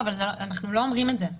אנחנו לא אומרים את זה.